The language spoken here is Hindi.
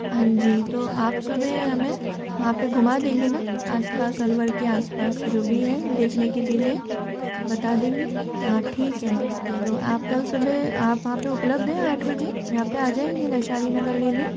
हाँ जी तो आप सुबह हमें वहाँ पे घुमा देंगे ना आसपास अलवर के आसपास जो भी है देखने की चीज़ें बता देंगे हाँ ठीक है तो आप कल सुबह आप वहाँ पर उपलब्ध है आठ बजे यहाँ पे आ जाएंगे वैशाली नगर लेने